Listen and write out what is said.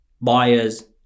buyers